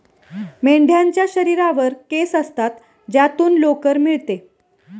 मेंढ्यांच्या शरीरावर केस असतात ज्यातून लोकर मिळते